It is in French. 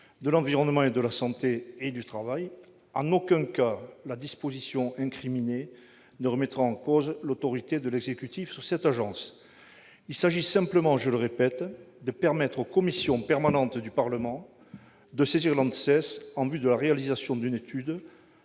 de l'environnement, de la santé et du travail, mais en aucun cas la disposition visée ne remettra en cause l'autorité de l'exécutif sur cette agence. Il s'agit simplement de permettre aux commissions permanentes du Parlement de saisir l'ANSES en vue de la réalisation d'une étude,